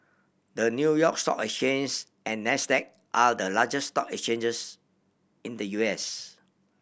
the New York Stock Exchange and Nasdaq are the largest stock exchanges in the U S